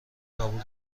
قبول